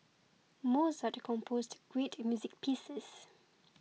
Mozart composed great music pieces